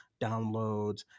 downloads